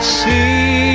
see